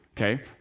okay